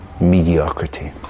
mediocrity